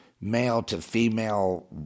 male-to-female